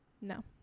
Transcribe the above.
no